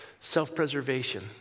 Self-preservation